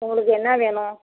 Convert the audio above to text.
உங்களுக்கு என்ன வேணும்